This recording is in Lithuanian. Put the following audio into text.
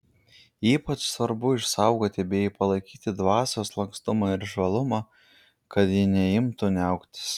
ypač svarbu išsaugoti bei palaikyti dvasios lankstumą ir žvalumą kad ji neimtų niauktis